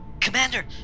Commander